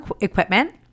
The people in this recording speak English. equipment